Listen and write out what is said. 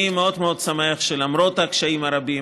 אני מאוד מאוד שמח שלמרות הקשיים הרבים